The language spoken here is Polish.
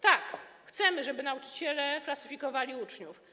Tak, chcemy, żeby nauczyciele klasyfikowali uczniów.